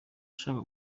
shaka